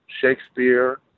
Shakespeare